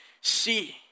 see